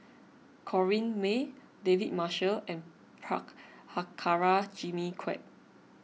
Corrinne May David Marshall and Prabhakara Jimmy Quek